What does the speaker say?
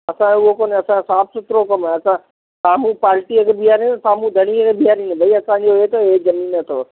असांजो उहो कंदा आहिनि असां साफ़ु सुथिरो कमु आहे असां सामुहूं पार्टीअ खे बीहारे सामुहूं दड़िए खे बीहारे भई असांजी हू अथव असांजी ज़मीन अथव